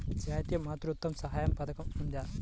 జాతీయ మాతృత్వ సహాయ పథకం ఉందా?